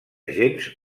gens